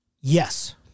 Yes